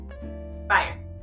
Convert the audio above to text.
fire